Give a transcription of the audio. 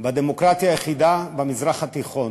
בדמוקרטיה היחידה במזרח התיכון.